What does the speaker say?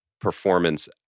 performance